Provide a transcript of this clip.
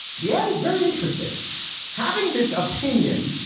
the ad is very interesting having this opinion.